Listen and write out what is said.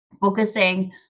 focusing